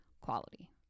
quality